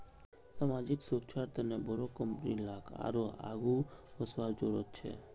सामाजिक सुरक्षार तने बोरो कंपनी लाक आरोह आघु वसवार जरूरत छेक